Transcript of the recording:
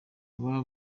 baba